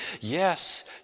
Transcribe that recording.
Yes